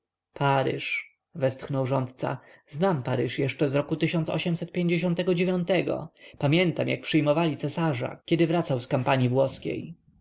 paryż westchnął rządca znam paryż jeszcze z roku pamiętam jak przyjmowali cesarza kiedy wracał z kampanii włoskiej